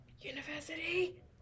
university